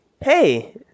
Hey